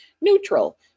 neutral